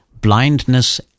blindness